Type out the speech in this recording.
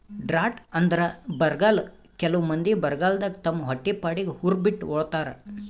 drought ಅಂದ್ರ ಬರ್ಗಾಲ್ ಕೆಲವ್ ಮಂದಿ ಬರಗಾಲದಾಗ್ ತಮ್ ಹೊಟ್ಟಿಪಾಡಿಗ್ ಉರ್ ಬಿಟ್ಟ್ ಹೋತಾರ್